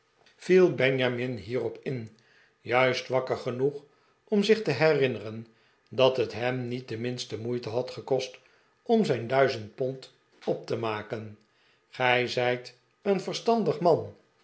viel benjamin hierop in juist wakker genoeg om zich te herinneren dat het hem niet de minste moeite had gekost om zijn duizend pond op te maken gij zijt een verstandig man